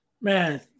Man